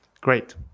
Great